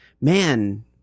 man